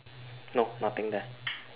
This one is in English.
no nothing there